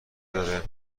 داره